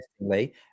interestingly